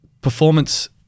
performance